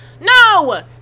No